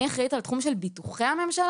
אני אחראית על התחום של ביטוחי הממשלה.